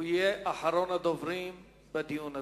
הוא יהיה אחרון הדוברים בדיון הזה.